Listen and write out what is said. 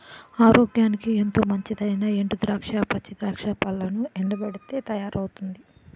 ఆరోగ్యానికి ఎంతో మంచిదైనా ఎండు ద్రాక్ష, పచ్చి ద్రాక్ష పళ్లను ఎండబెట్టితే తయారవుతుంది